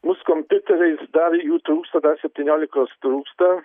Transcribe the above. mūs kompiuteriais dar jų trūksta dar septyniolikos trūksta